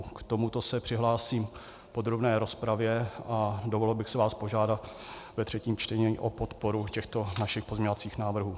K tomuto se přihlásím v podrobné rozpravě a dovolil bych si vás požádat ve třetím čtení o podporu těchto našich pozměňovacích návrhů.